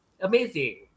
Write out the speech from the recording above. amazing